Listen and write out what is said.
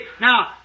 now